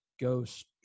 ghost